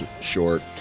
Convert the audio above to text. short